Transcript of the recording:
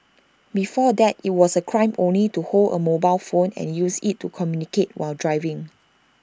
before that IT was A crime only to hold A mobile phone and use IT to communicate while driving